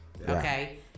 okay